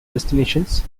destinations